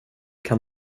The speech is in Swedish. kan